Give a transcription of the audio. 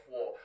War